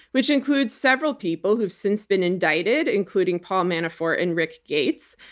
which includes several people who have since been indicted, including paul manafort and rick gates.